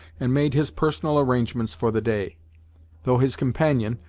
and made his personal arrangements for the day though his companion,